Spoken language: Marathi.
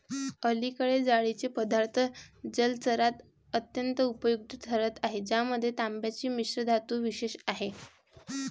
अलीकडे जाळीचे पदार्थ जलचरात अत्यंत उपयुक्त ठरत आहेत ज्यामध्ये तांब्याची मिश्रधातू विशेष आहे